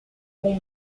mon